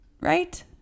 right